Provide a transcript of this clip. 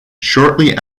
shortly